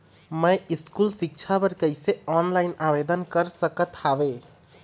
मैं स्कूल सिक्छा बर कैसे ऑनलाइन आवेदन कर सकत हावे?